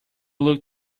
look